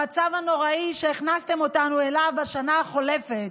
המצב הנוראי שהכנסתם אותנו אליו בשנה החולפת,